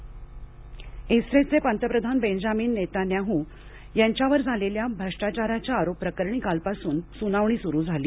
Israel सनावणी इस्रेल्ये पंतप्रधान बेन्जामिन नेतान्याह यांच्यावर झालेल्या भ्रष्टाचाराच्या आरोपाप्रकरणी कालपासून सुनावणी सुरू झाली